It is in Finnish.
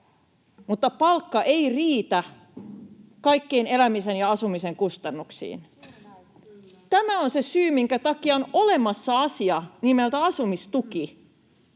joiden palkka ei riitä kaikkiin elämisen ja asumisen kustannuksiin? Tämä on se syy, minkä takia on olemassa asia nimeltä ”asumistuki”,